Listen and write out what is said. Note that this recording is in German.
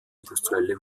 industrielle